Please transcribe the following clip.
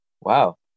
Wow